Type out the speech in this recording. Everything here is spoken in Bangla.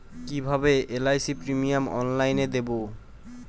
কিভাবে এল.আই.সি প্রিমিয়াম অনলাইনে দেবো?